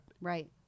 right